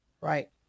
Right